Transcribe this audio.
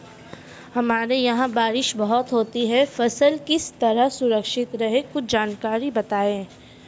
हमारे यहाँ बारिश बहुत होती है फसल किस तरह सुरक्षित रहे कुछ जानकारी बताएं?